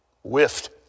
Whiffed